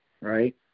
right